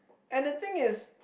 and the thing is